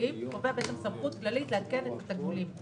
התגמולים וקובע בעצם סמכות כללית לעדכן את התגמולים.